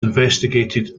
investigated